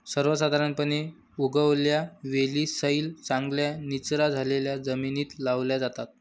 सर्वसाधारणपणे, उगवत्या वेली सैल, चांगल्या निचरा झालेल्या जमिनीत लावल्या जातात